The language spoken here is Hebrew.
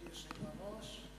כבוד היושב-ראש,